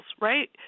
right